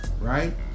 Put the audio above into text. right